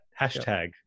Hashtag